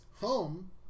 home